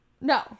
no